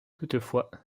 toutefois